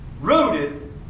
rooted